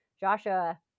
Joshua